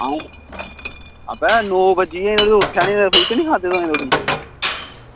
बे नौ बज्जी गै ऐहीं उट्ठेआ निं तूं फुलके निं खाद्धे तोह्